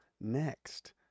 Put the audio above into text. Next